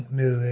med